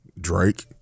Drake